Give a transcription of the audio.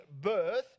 birth